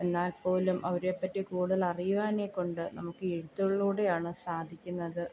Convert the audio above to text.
എന്നാൽപ്പോലും അവരെ പറ്റി കൂടുതൽ അറിയാനേകൊണ്ട് നമുക്ക് ഈ എഴുത്തുകളിലൂടെയാണ് സാധിക്കുന്നത്